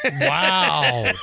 Wow